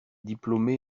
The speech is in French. diplômé